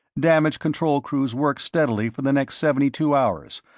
damage control crews worked steadily for the next seventy-two hours,